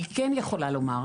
אני כן יכולה לומר,